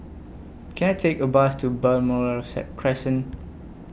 Can I Take A Bus to Balmoral Said Crescent